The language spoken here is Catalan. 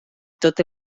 tot